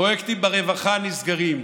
פרויקטים ברווחה נסגרים,